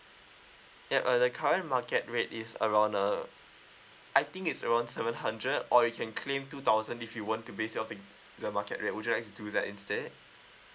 yup uh the current market rate is around uh I think it's around seven hundred or you can claim two thousand if you want to base your thing to the market rate would you like to do that instead